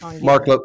Mark